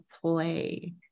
play